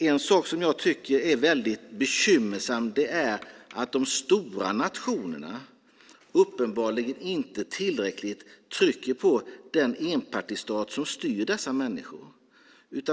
En sak som jag tycker är väldigt bekymmersam är att de stora nationerna uppenbarligen inte tillräckligt trycker på den enpartistat som styr dessa människor.